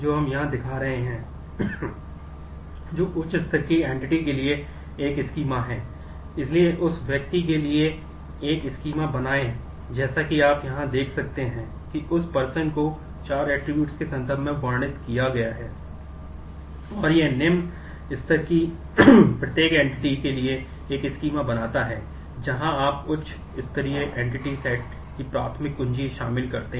हम उस समग्रता शामिल करते हैं